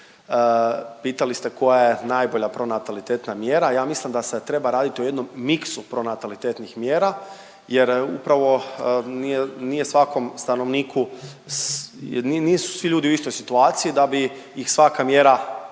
Pitala ste koja je najbolja pronatalitetna mjera. Ja mislim da se treba raditi o jednom miksu pronatalitetnih mjera, jer upravo nije svakom stanovniku, jer nisu svi ljudi u istoj situaciji da bi ih svaka mjera jednako